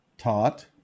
taught